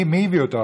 מי הביא אותו?